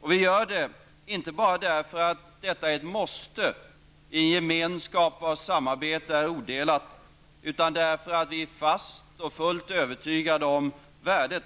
Och vi gör det inte bara därför att detta är ett måste i en gemenskap där samarbetet är odelat, utan därför att vi är fast och fullt övertygade om värdet